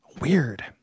weird